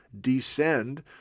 descend